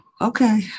okay